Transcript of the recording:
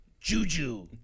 Juju